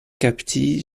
kapti